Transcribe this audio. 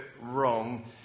wrong